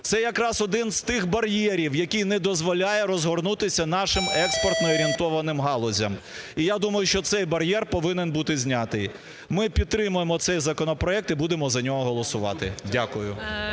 Це якраз один з тих бар'єрів, який не дозволяє розгорнутися нашим експортно орієнтованим галузям. І я думаю, що цей бар'єр повинен бути знятий. Ми підтримуємо цей законопроект і будемо за нього голосувати. Дякую.